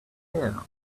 here